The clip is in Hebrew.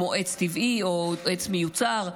כמו עץ טבעי או עץ מיוצר,